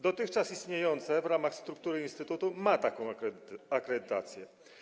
Dotychczas istniejące w ramach struktury instytutu ma taką akredytację.